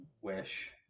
wish